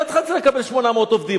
היא לא צריכה לקבל 800 עובדים,